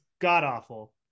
god-awful